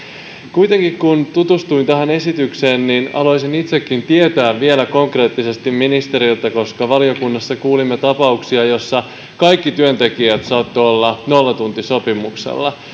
kuitenkin kun tutustuin tähän esitykseen haluaisin itsekin tiedustella vielä konkreettisesti ministeriltä koska valiokunnassa kuulimme tapauksista joissa kaikki työntekijät saattoivat olla nollatuntisopimuksella